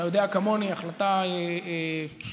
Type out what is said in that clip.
אתה יודע כמוני שהחלטה 998,